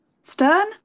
Stern